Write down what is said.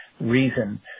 reason